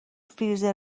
فریزر